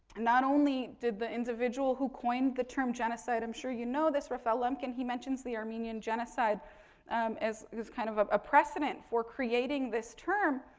and not only did the individual who coined the term genocide, i'm sure you know, this raphael lemkin, he mentions the armenian genocide as this kind of of a precedent for creating this term.